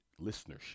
listenership